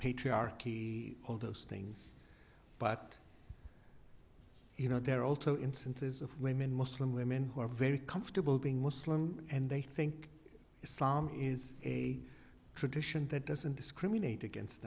patriarchy all those things but you know there are also instances of women muslim women who are very comfortable being muslim and they think islam is a tradition that doesn't discriminate against